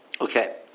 Okay